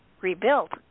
rebuilt